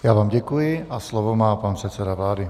Já vám děkuji a slovo má pan předseda vlády.